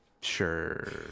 Sure